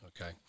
Okay